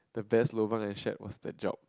the best lobang I shared was the job